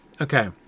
Okay